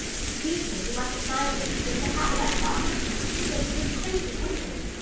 excuse me, you mustn't mind it. it's just a habit i've got you'd think he was crazy, wouldn't you?